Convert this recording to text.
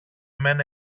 μένα